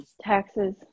Taxes